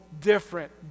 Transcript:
different